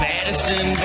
Madison